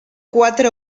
quatre